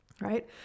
right